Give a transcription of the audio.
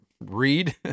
read